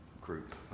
group